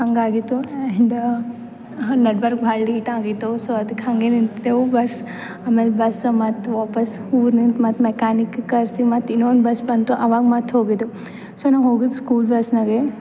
ಹಾಗಾಗಿತ್ತು ಹಿಂದೆ ನಡುಬರ್ಕ ಭಾಳ ಲೇಟಾಗಿತ್ತು ಸೊ ಅದಕ್ಕೆ ಹಾಗೆ ನಿಂತಿದ್ದೆವು ಬಸ್ ಆಮೇಲೆ ಬಸ್ ಮತ್ತು ವಾಪಸ್ ಊರ್ಲಿಂದ ಮತ್ತೆ ಮೆಕ್ಯಾನಿಕ್ ಕರ್ಸಿ ಮತ್ತು ಇನ್ನೊಂದು ಬಸ್ ಬಂತು ಆವಾಗ ಮತ್ತು ಹೋಗಿದ್ದು ಸೊ ನಾವು ಹೋಗುದು ಸ್ಕೂಲ್ ಬಸ್ನಾಗೆ